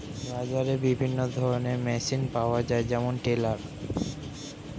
বাজারে বিভিন্ন ধরনের মেশিন পাওয়া যায় যেমন টিলার